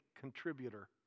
contributor